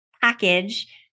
package